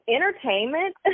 Entertainment